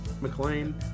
mclean